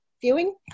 viewing